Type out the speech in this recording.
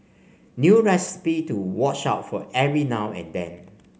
new recipe to watch out for every now and then